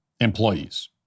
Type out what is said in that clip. employees